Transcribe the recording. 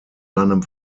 seinem